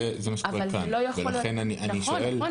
זה מה שקורה כאן ולכן אני שואל,